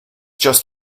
just